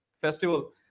festival